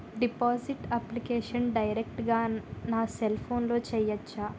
Deposit application direct గా నా cell ఫోన్లో చెయ్యచా?